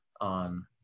on